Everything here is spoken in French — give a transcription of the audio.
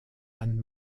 anne